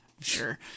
sure